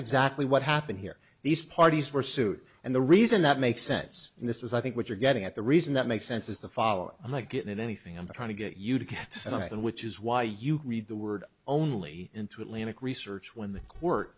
exactly what happened here these parties were sued and the reason that makes sense and this is i think what you're getting at the reason that makes sense is the following i'm not getting anything i'm trying to get you to something which is why you read the word only into atlantic research when the court